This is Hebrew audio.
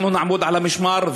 אנחנו נעמוד על המשמר,